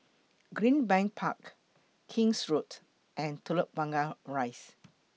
Greenbank Park King's Road and Telok Blangah Rise